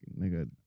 nigga